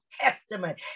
Testament